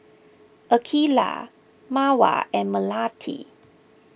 Aqeelah Mawar and Melati